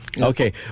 Okay